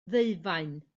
ddeufaen